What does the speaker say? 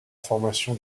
formation